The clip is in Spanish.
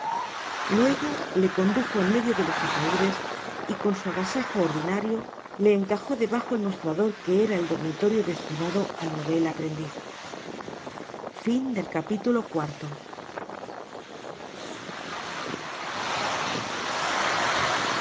luego le condujo en medio de los ataudes y con su agasajo ordinario le encajo debajo el mostrador que era el dormitorio destinado al novel aprendiz